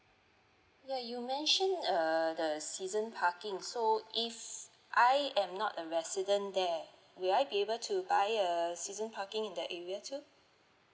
ya you mentioned err the season parking so if I am not a resident there will I be able to buy a season parking in that area too